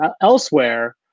elsewhere